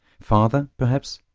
farther, perhaps,